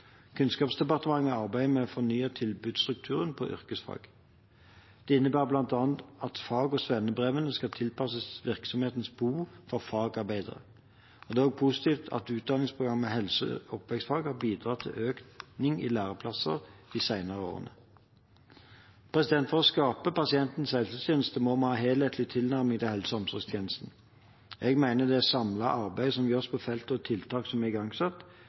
Kunnskapsdepartementet arbeider med å fornye tilbudsstrukturen på yrkesfag. Det innebærer bl.a. at fag- og svennebrevene skal tilpasses virksomhetens behov for fagarbeidere. Det er også positivt at utdanningsprogrammet helse- og oppvekstfag har bidratt til økning i læreplasser de senere årene. For å skape pasientens helsetjeneste må vi ha en helhetlig tilnærming til helse- og omsorgstjenesten. Jeg mener det samlede arbeidet som gjøres på feltet, og tiltak som er igangsatt,